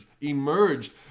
emerged